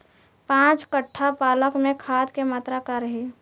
पाँच कट्ठा पालक में खाद के मात्रा का रही?